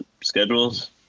schedules